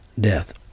death